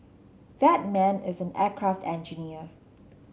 that man is an aircraft engineer